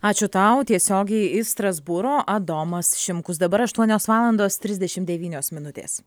ačiū tau tiesiogiai iš strasbūro adomas šimkus dabar aštuonios valandos trisdešimt devynios minutės